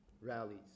rallies